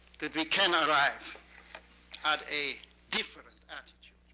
that we can arrive at a different attitude?